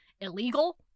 illegal